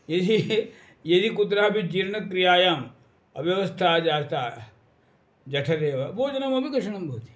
यदि हि यदि कुत्रापि जीर्णक्रियायाम् अव्यवस्था जाता जठरे वा भोजनमपि कठिनं भवति